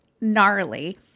gnarly